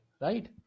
right